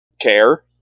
care